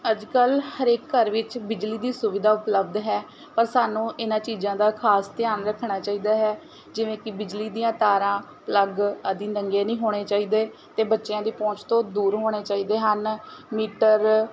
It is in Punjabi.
ਅੱਜ ਕੱਲ੍ਹ ਹਰੇਕ ਘਰ ਵਿੱਚ ਬਿਜਲੀ ਦੀ ਸੁਵਿਧਾ ਉਪਲਬਧ ਹੈ ਪਰ ਸਾਨੂੰ ਇਹਨਾਂ ਚੀਜ਼ਾਂ ਦਾ ਖਾਸ ਧਿਆਨ ਰੱਖਣਾ ਚਾਹੀਦਾ ਹੈ ਜਿਵੇਂ ਕਿ ਬਿਜਲੀ ਦੀਆਂ ਤਾਰਾਂ ਪਲੱਗ ਆਦਿ ਨੰਗੀਆਂ ਨਹੀਂ ਹੋਣੇ ਚਾਹੀਦੇ ਅਤੇ ਬੱਚਿਆਂ ਦੀ ਪਹੁੰਚ ਤੋਂ ਦੂਰ ਹੋਣੇ ਚਾਹੀਦੇ ਹਨ ਮੀਟਰ